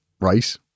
right